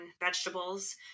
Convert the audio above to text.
vegetables